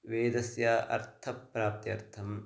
वेदस्य अर्थप्राप्त्यर्थं